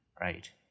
Right